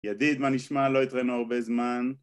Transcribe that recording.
ידיד, מה נשמע? לא התראינו הרבה זמן.